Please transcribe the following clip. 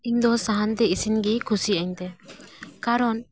ᱤᱧ ᱤ ᱥᱟᱦᱟᱛᱮ ᱤᱥᱤᱱ ᱜᱮ ᱠᱩᱥᱤ ᱤᱧ ᱛᱮ ᱠᱟᱨᱚᱱ